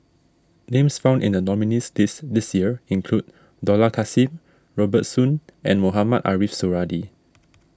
names found in the nominees' list this year include Dollah Kassim Robert Soon and Mohamed Ariff Suradi